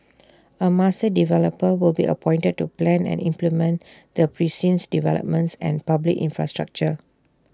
A master developer will be appointed to plan and implement the precinct's developments and public infrastructure